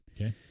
Okay